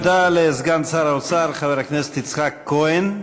תודה לסגן שר האוצר חבר הכנסת יצחק כהן.